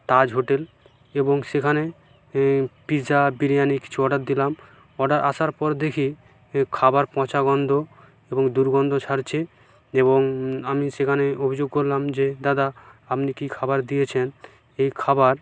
তাজ hotel এবং সেখানে এ পিজা বিরিয়ানি কিছু অর্ডার দিলাম অর্ডার আসার পর দেখি এ খাবার পচা গন্ধ এবং দুর্গন্ধ ছাড়ছে এবং আমি সেখানে অভিযোগ করলাম যে দাদা আপনি কী খাবার দিয়েছেন এই খাবার